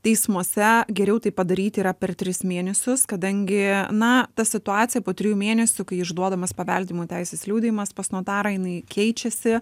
teismuose geriau tai padaryti yra per tris mėnesius kadangi na ta situacija po trijų mėnesių kai išduodamas paveldėjimo teisės liudijimas pas notarą jinai keičiasi